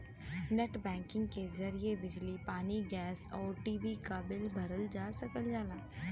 net banking के जरिए बिजली पानी गैस आउर टी.वी क बिल भरल जा सकला